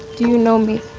do you know me?